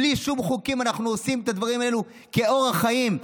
בלי שום חוקים אנחנו עושים את הדברים האלה כאורח חיים.